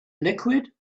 liquid